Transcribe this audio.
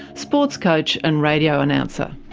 sports coach, and radio announcer.